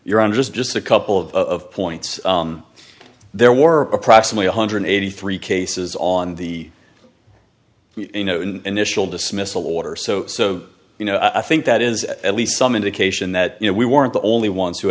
your on just just a couple of points there were approximately one hundred eighty three cases on the you know in initial dismissal water so so you know i think that is at least some indication that you know we weren't the only ones who